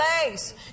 place